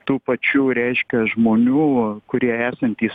tų pačių reiškia žmonių kurie esantys